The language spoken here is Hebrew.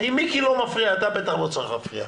אם מיקי לא מפריע, אתה בטח לא צריך להפריע.